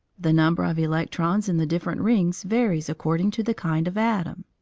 the number of electrons in the different rings varies according to the kind of atom.